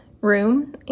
room